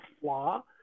flaw